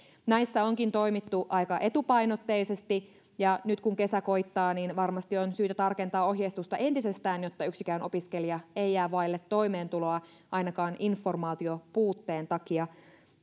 näissä onkin toimittu aika etupainotteisesti ja nyt kun kesä koittaa niin varmasti on syytä tarkentaa ohjeistusta entisestään jotta yksikään opiskelija ei jää vaille toimeentuloa ainakaan informaatiopuutteen takia